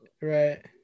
right